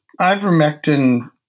ivermectin